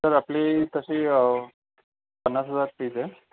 sir आपली तशी पन्नास हजार फीज आहे